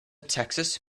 texas